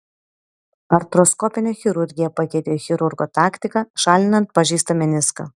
artroskopinė chirurgija pakeitė chirurgo taktiką šalinant pažeistą meniską